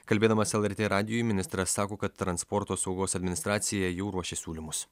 kalbėdamas lrt radijui ministras sako kad transporto saugos administracija jau ruošia siūlymus